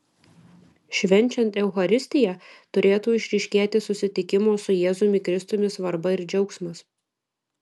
švenčiant eucharistiją turėtų išryškėti susitikimo su jėzumi kristumi svarba ir džiaugsmas